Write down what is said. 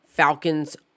Falcons